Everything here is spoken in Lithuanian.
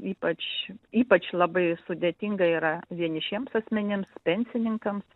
ypač ypač labai sudėtinga yra vienišiems asmenims pensininkams